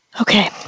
Okay